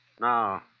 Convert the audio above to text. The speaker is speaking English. Now